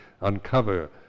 uncover